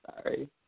Sorry